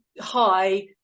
high